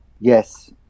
Yes